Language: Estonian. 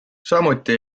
samuti